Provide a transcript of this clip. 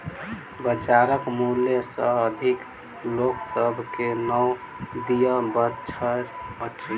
बजारक मूल्य सॅ अधिक लोक सभ के नै दिअ पड़ैत अछि